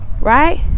right